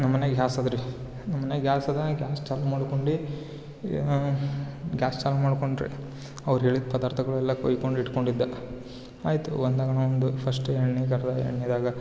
ನಮ್ಮ ಮನೆಯಾಗ ಗ್ಯಾಸ್ ಅದ ರೀ ನಮ್ಮ ಮನೆಯಾಗೆ ಗ್ಯಾಸ್ ಅದ ಗ್ಯಾಸ್ ಚಾಲು ಮಾಡ್ಕೊಂಡು ಗ್ಯಾಸ್ ಚಾಲೂ ಮಾಡ್ಕೊಂಡೆ ರಿ ಅವ್ರು ಹೇಳಿದ ಪದಾರ್ಥಗಳೆಲ್ಲ ಕೊಯ್ಕೊಂಡು ಇಟ್ಕೊಂಡಿದ್ದೆ ಆಯಿತು ಒಂದು ಆಗಾಣ ಒಂದು ಫಸ್ಟ್ ಎಣ್ಣೆ ಕರ್ದು ಎಣ್ಣೆದಾಗ